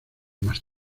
más